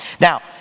Now